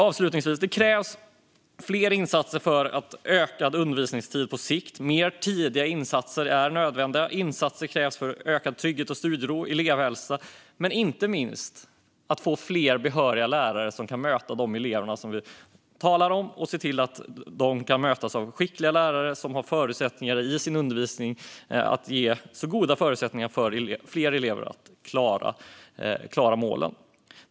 Avslutningsvis: Det krävs fler insatser för ökad undervisningstid på sikt. Fler tidiga insatser är nödvändiga. Insatser krävs för ökad trygghet, studiero och elevhälsa. Men inte minst handlar det om att få fler behöriga lärare som kan möta de elever som vi talar om. Vi ska se till att de möts av skickliga lärare som i sin undervisning kan ge fler elever de bästa förutsättningarna att klara målen.